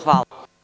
Hvala.